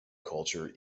culture